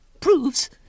proves